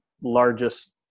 largest